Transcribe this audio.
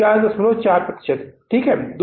P V अनुपात 494 प्रतिशत है ठीक है